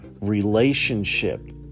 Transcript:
relationship